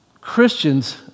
Christians